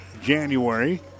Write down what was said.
January